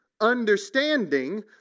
understanding